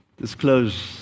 disclose